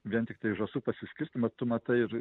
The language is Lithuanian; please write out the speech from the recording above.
vien tiktai žąsų pasiskirstymą tu matai ir